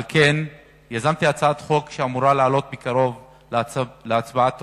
על כן יזמתי הצעת חוק שאמורה לעלות בקרוב להצבעה טרומית,